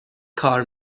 کار